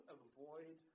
avoid